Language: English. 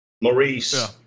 Maurice